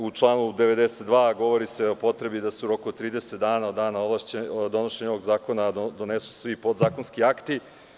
U članu 92. govori se o potrebi da se u roku od 30 dana od dana donošenja ovog zakona donesu svi podzakonski akti.